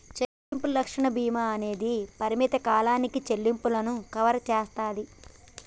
చెల్లింపు రక్షణ భీమా అనేది పరిమిత కాలానికి చెల్లింపులను కవర్ చేస్తాది